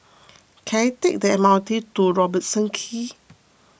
can I take the M R T to Robertson Quay